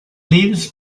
lebens